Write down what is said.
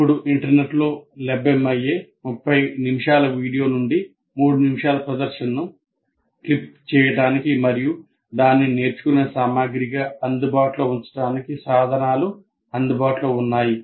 ఇప్పుడు ఇంటర్నెట్లో లభ్యమయ్యే 30 నిమిషాల వీడియో నుండి 3 నిమిషాల ప్రదర్శనను క్లిప్ చేయడానికి మరియు దానిని నేర్చుకునే సామగ్రిగా అందుబాటులో ఉంచడానికి సాధనాలు అందుబాటులో ఉన్నాయి